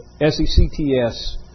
S-E-C-T-S